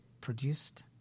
produced